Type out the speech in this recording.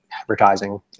advertising